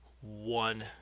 one